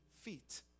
feet